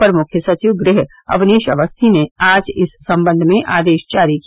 अपर मुख्य सचिव गृह अवनीश अवस्थी ने आज इस सम्बंध में आदेश जारी किया